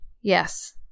yes